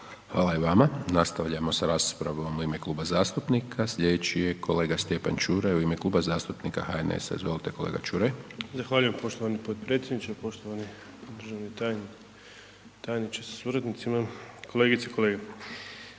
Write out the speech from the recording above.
Hvala i vama, nastavljamo sa raspravom u ime kluba zastupnika, slijedeći je kolega Stjepan Ćuraj u ime Kluba zastupnika HNS-a. Izvolite kolega Ćuraj. **Čuraj, Stjepan (HNS)** Zahvaljujem poštovani potpredsjedniče, poštovani državni tajniče sa suradnicima, kolegice i kolege,